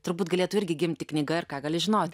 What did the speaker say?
turbūt galėtų irgi gimti knyga ir ką gali žinot